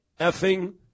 effing